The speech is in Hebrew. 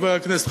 חבר הכנסת,